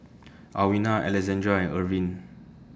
Alwina Alexandria and Irven